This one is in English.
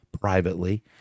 privately